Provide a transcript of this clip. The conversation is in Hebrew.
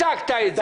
אתה הצגת את זה.